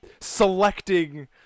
selecting